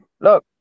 look